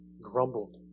grumbled